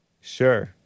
sure